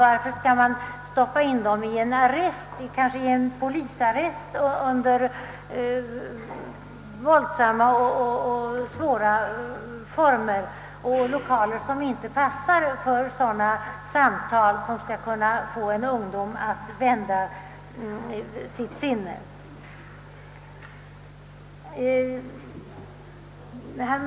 Varför skall man stoppa in dem i en arrest — kanske en polisarrest — under otrevliga former och föra de samtal, genom vilka man vill få dessa ungdomar att vända sitt sinne, i lokaler som inte alls passar för detta ändamål?